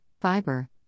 fiber